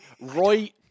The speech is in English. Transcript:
Roy